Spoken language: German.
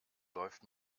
läuft